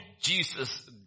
Jesus